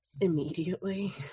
immediately